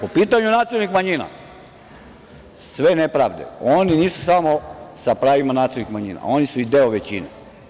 Po pitanju nacionalnih manjina, sve nepravde, oni nisu sa pravima nacionalnih manjina, oni su i deo većine.